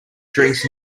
drinks